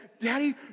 Daddy